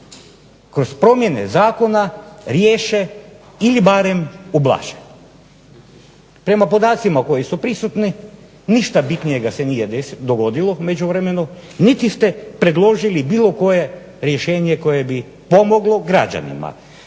kroz promjene zakona riješene ili barem ublaže. Prema podacima koji su prisutni ništa bitnijega se nije dogodilo u međuvremenu niti ste predložili bilo koje rješenje koje bi pomoglo građanima.